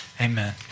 Amen